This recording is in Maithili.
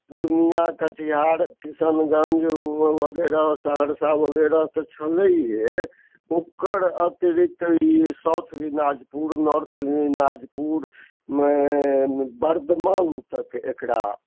पूर्णिया कटिहार किशनगञ्ज वगैरह सहरसा वगैरह तऽ छलैहे ओकर अतिरिक्त ई साउथ निनाजपुर नार्थ निनाजपुर बर्धमान तक एकरा